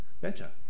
better